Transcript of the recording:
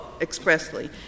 expressly